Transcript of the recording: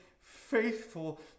faithful